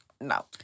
no